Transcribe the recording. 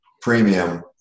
premium